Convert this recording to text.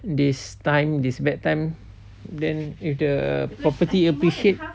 this time this bad time then if the property appreciate